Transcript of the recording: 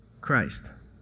Christ